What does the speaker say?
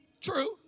True